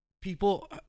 people